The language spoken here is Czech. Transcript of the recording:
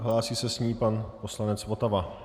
Hlásí se s ní pan poslanec Votava.